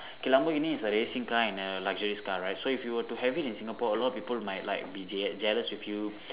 K Lamborghini is a racing car and a luxurious car right so if you were to have it in Singapore a lot of people might like be je~ jealous with you